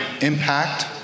impact